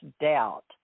doubt